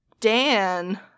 dan